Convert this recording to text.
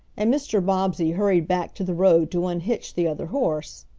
and mr. bobbsey hurried back to the road to unhitch the other horse.